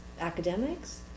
academics